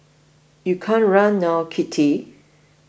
you can't run now Kitty